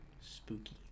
Spooky